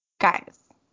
guys